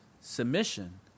submission